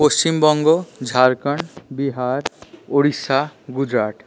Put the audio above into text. Paschimbanga Jharkhand Bihar Odisha Gujarat